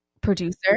producer